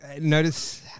notice